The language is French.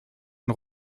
une